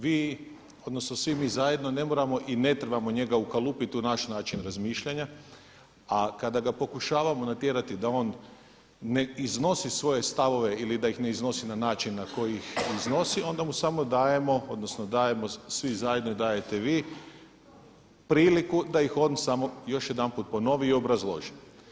Vi odnosno svi mi zajedno ne moramo i ne trebamo njega ukalupit u naš način razmišljanja, a kada ga pokušavamo natjerati da on ne iznosi svoje stavove ili da ih ne iznosi na način na koji ih iznosi onda mu samo dajemo, odnosno dajemo svi zajedno i dajete vi priliku da ih on samo još jedanput ponovi i obrazloži.